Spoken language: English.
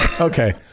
Okay